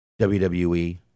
WWE